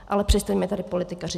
Ale přestaňme tady politikařit.